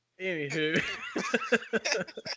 Anywho